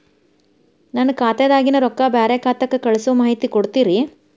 ನನ್ನ ಖಾತಾದಾಗಿನ ರೊಕ್ಕ ಬ್ಯಾರೆ ಖಾತಾಕ್ಕ ಕಳಿಸು ಮಾಹಿತಿ ಕೊಡತೇರಿ?